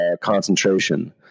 concentration